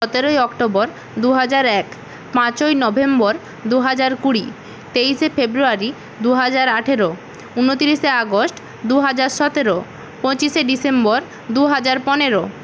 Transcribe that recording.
সতেরোই অক্টোবর দু হাজার এক পাঁচই নভেম্বর দু হাজার কুড়ি তেইশে ফেব্রুয়ারি দু হাজার আঠেরো উনতিরিশে আগস্ট দু হাজার সতেরো পঁচিশে ডিসেম্বর দু হাজার পনেরো